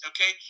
okay